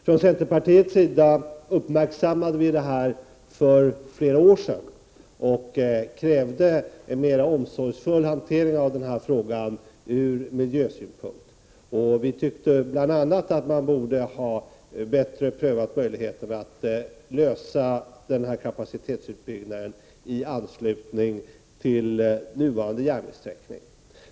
Från centerpartiets sida uppmärksammade vi detta för flera år sedan och krävde en mer omsorgsfull hantering av denna fråga ur miljösynpunkt. Vi tyckte bl.a. att man borde ha bättre prövat möjligheterna att ordna denna kapacitetsutbyggnad i anslutning till nuvarande järnvägssträckning.